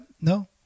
No